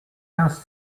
quinze